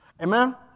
amen